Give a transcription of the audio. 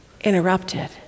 interrupted